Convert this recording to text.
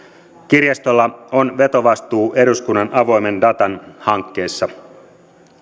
kirjastolla on vetovastuu eduskunnan avoimen datan hankkeessa